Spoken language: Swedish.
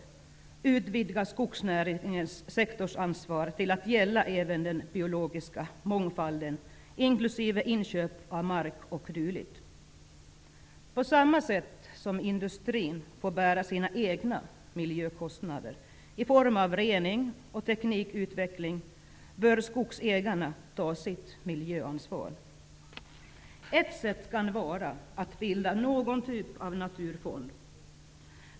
Det handlar om att utvidga skogsnäringens sektorsansvar till att gälla även den biologiska mångfalden, inklusive inköp av mark o.d. På samma sätt som industrin får bära sina egna miljökostnader i form av rening och teknikutveckling bör skogsägarna ta sitt miljöansvar. Ett sätt kan vara att bilda någon typ av naturfond.